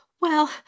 Well